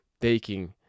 taking